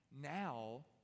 now